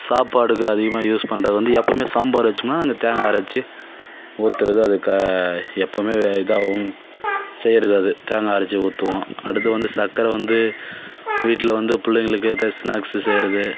சாப்பாடுக்கு அதிகமாக யூஸ் பண்ணுறது வந்து எப்பவும் சாம்பார் வச்சோம்ன்னா அந்த தேங்காய் அரைச்சு ஊற்றுறது அதுக்கு எப்பவும் இதாகி செய்கிறது அது தேங்காய் அரைச்சு ஊற்றுவோம் அடுத்து வந்து சர்க்கரை வந்து வீட்டில் வந்து பிள்ளைகளுக்கு ஏதாவது ஸ்னாக்ஸ் செய்கிறது